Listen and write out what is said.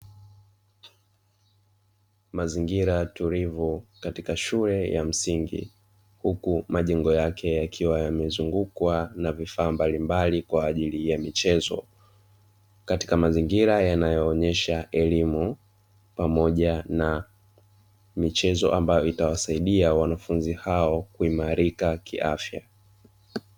Mazingira tulivu katika shule ya msingi, huku majengo yake yakiwa yamezungukwa na vifaa mbalimbali kwa ajili ya michezo, katika mazingira yanayoonyesha elimu pamoja na michezo ambayo itawasaidia wanafunzi hao kuimarika kiafya.